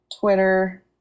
Twitter